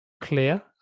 clear